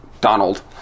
donald